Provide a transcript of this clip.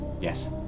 Yes